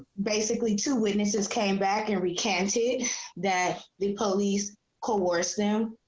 basically two witnesses came back and recanted that the police course them.